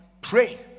Pray